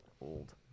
old